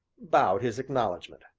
bowed his acknowledgment.